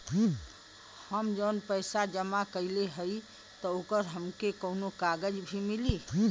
हम जवन पैसा जमा कइले हई त ओकर हमके कौनो कागज भी मिली?